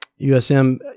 USM